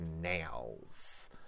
Nails